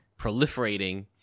proliferating